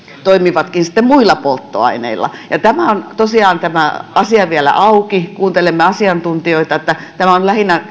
toimivatkin sitten muilla polttoaineilla tämä asia on tosiaan vielä auki kuuntelemme asiantuntijoita tämän puheenvuoron tarkoitus on lähinnä